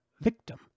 victim